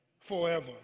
Forever